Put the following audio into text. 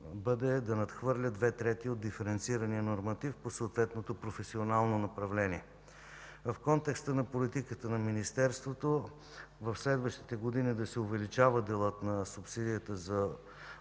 може да надхвърля две трети от диференцирания норматив по съответното професионално направление. В контекста на политиката на Министерството в следващите години да се увеличава делът на субсидията за